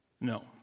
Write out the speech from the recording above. No